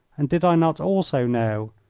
and did i not also know,